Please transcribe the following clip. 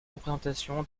représentation